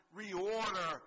reorder